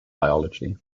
biology